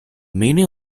meaning